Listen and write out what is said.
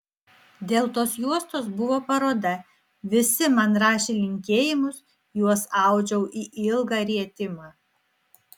dėl tos juostos buvo paroda visi man rašė linkėjimus juos audžiau į ilgą rietimą